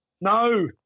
No